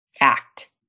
act